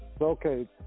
Okay